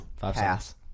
Pass